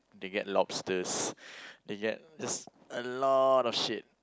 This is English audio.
they get lobsters they get just a lot of shit